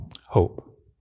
Hope